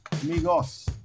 amigos